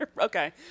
Okay